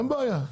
אין בעיה,